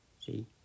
see